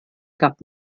gab